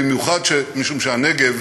במיוחד משום שהנגב,